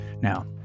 Now